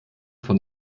von